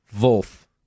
Wolf